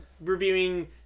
reviewing